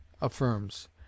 affirms